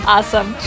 Awesome